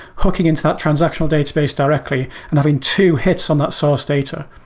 hooking into that transactional database directly and having two hits on that source data.